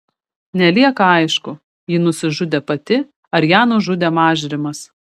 nelieka aišku ji nusižudė pati ar ją nužudė mažrimas